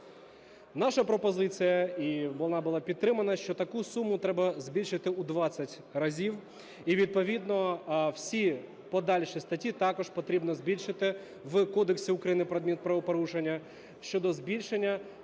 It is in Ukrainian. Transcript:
Наша пропозиція, і вона була підтримана, що таку суму треба збільшити у 20 разів. І відповідно всі подальші статті також потрібно збільшити в Кодексі України про адмінправопорушення, щодо збільшення